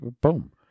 Boom